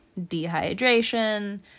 dehydration